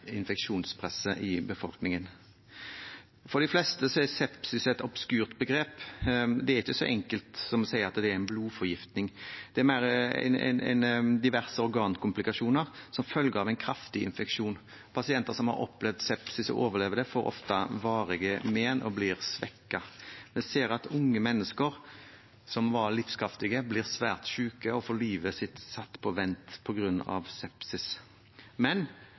infeksjonspresset i befolkningen. For de fleste er sepsis et obskurt begrep. Det er ikke så enkelt som å si at det er en blodforgiftning. Det er mer diverse organkomplikasjoner som følge av en kraftig infeksjon. Pasienter som har opplevd sepsis og overlever det, får ofte varige men og blir svekket. Vi ser at unge mennesker som var livskraftige, blir svært syke og får livet sitt satt på vent på grunn av sepsis.